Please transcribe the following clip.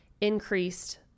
increased